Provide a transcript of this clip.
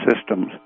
systems